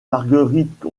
marguerite